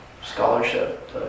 scholarship